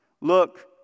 look